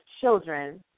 children